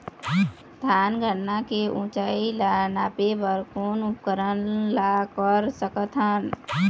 धान गन्ना के ऊंचाई ला नापे बर कोन उपकरण ला कर सकथन?